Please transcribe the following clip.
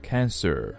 Cancer